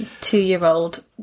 Two-year-old